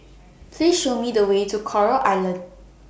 Please Show Me The Way to Coral Island